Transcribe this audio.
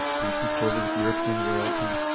he consorted with european royalty,